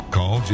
Call